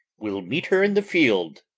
wee'le meete her in the field